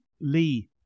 Lee